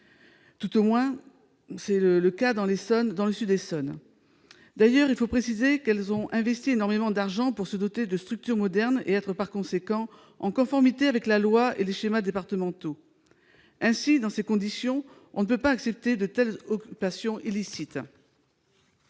Tout au moins, c'est le cas dans le sud de l'Essonne. D'ailleurs, il faut préciser qu'elles ont investi énormément d'argent pour se doter de structures modernes et être, par conséquent, en conformité avec la loi et les schémas départementaux. Dans ces conditions, on ne peut pas accepter de telles occupations illicites.